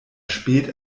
spät